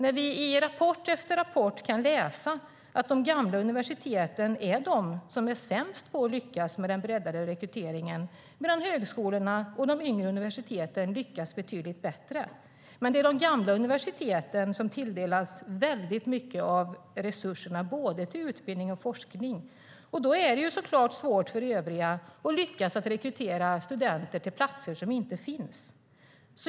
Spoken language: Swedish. Vi kan i rapport efter rapport läsa att de gamla universiteten är sämst på att lyckas med den breddade rekryteringen medan högskolorna och de yngre universiteten lyckas betydligt bättre, men det är de gamla universiteten som tilldelas en stor del av resurserna, både till utbildning och till forskning. Då är det såklart svårt för övriga att lyckas rekrytera studenter till platser som inte finns.